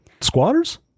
Squatters